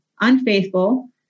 unfaithful